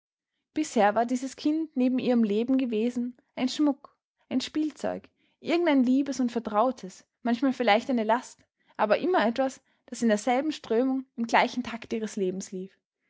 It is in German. bisher war dieses kind neben ihrem leben gewesen ein schmuck ein spielzeug irgendein liebes und vertrautes manchmal vielleicht eine last aber immer etwas das in derselben strömung im gleichen takt ihres lebens lief